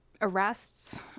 arrests